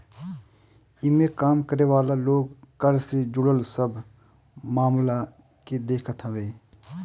इमें काम करे वाला लोग कर से जुड़ल सब मामला के देखत हवे